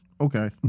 Okay